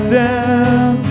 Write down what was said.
down